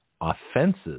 offenses